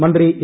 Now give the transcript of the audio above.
മന്ത്രി എ